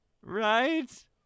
Right